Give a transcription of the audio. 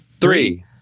three